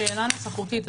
זו שאלה ניסוחית,